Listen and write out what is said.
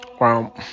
wow